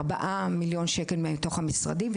4 מיליון שקל מתוך המשרדים,